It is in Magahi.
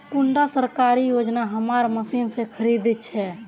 कुंडा सरकारी योजना हमार मशीन से खरीद छै?